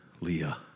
Leah